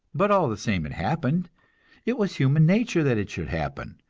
but all the same it happened it was human nature that it should happen,